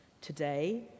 Today